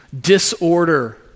disorder